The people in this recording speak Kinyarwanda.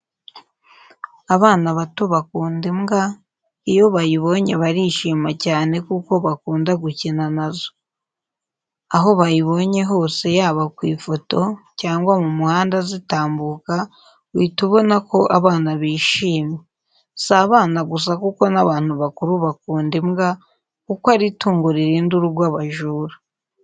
Abana bato bakunda imbwa, iyo bayibonye barishima cyane kuko bakunda gukina na zo. Aho bayibonye hose yaba ku ifoto, cyangwa mu muhanda zitambuka, uhita ubona ko abana bishimye. Si abana gusa kuko n'abantu bakuru bakunda imbwa kuko ari itungo ririnda urugo abajura.